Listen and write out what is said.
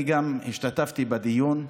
גם אני השתתפתי בדיון,